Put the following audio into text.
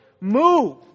move